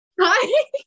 hi